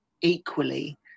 equally